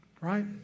Right